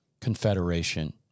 Confederation